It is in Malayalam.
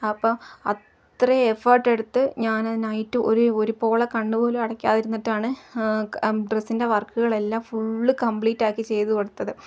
അപ്പം അത്രയും എഫർട്ട് എടുത്ത് ഞാൻ നൈറ്റ് ഒരേ ഒരുപോള കണ്ണു പോലും അടയ്ക്കാതിരുന്നിട്ടാണ് ഡ്രസ്സിൻ്റെ വർക്കുകളെല്ലാം ഫുള്ള് കംപ്ലീറ്റാക്കി ചെയ്തു കൊടുത്തത്